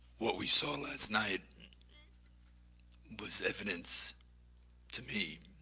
what we saw last night was evidence to me